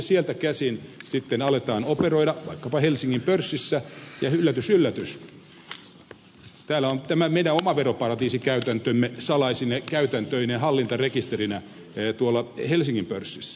sieltä käsin sitten aletaan operoida vaikkapa helsingin pörssissä ja yllätys yllätys täällä on tämä meidän oma veroparatiisikäytäntömme salaisine käytäntöineen hallintarekisterinä tuolla helsingin pörssissä